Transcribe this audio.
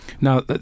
Now